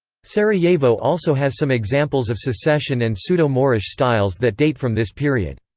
sarajevo also has some examples of secession and pseudo-moorish styles that date from this period.